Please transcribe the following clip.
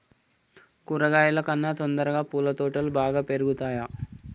కూరగాయల కన్నా తొందరగా పూల తోటలు బాగా పెరుగుతయా?